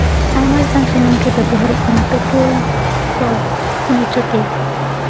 ᱟᱭᱢᱟ ᱞᱮᱠᱟᱱ ᱥᱩᱱᱩᱢᱜᱮ ᱵᱮᱵᱚᱦᱟᱨᱚᱜ ᱠᱟᱱᱟ ᱯᱮᱴᱨᱳᱞ ᱠᱚ ᱠᱷᱚᱱᱤᱡᱚ ᱛᱮᱞ